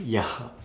ya